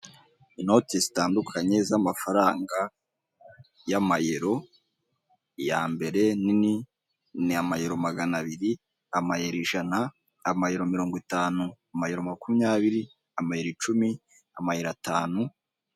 Inoti zitandukanye z'amafaranga y'Amayero, iya mbere nini ni amayero maganabiri, amayero ijana, amayero mirongo itanu, amayero makumyabiri, amayero icumi, amayero atanu.